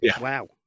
wow